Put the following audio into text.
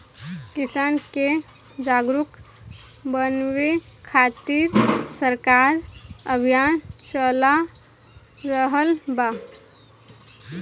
किसान के जागरुक बानवे खातिर सरकार अभियान चला रहल बा